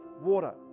water